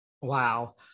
Wow